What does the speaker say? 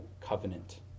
covenant